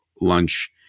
lunch